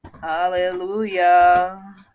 Hallelujah